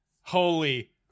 holy